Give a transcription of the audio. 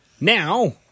Now